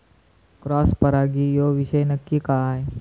Cross परागी ह्यो विषय नक्की काय?